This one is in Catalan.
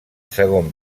segon